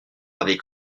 avec